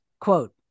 quote